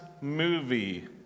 movie